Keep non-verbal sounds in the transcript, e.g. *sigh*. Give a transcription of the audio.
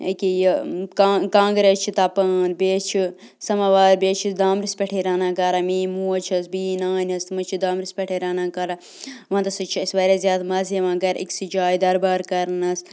ییٚکیٛاہ یہِ *unintelligible* کانٛگٕر حظ چھِ تَپان بیٚیہِ حظ چھِ سَمَوار بیٚیہِ حظ چھِ أسۍ دانٛمبرِس پٮ۪ٹھٕے رَنان کَران میٛٲنۍ موج حظ بیٚیہِ یہِ نانۍ ٲس تِم حظ چھِ دانٛمبرِس پٮ۪ٹھٕے رَنان کَران وَنٛدَس حظ چھِ اَسہِ واریاہ زیادٕ مَزٕ یِوان گَرِ أکۍسٕے جایہِ دربار کَرنَس